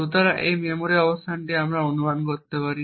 সুতরাং এই মেমরি অবস্থানটি আমরা অনুমান করতে পারি